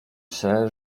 się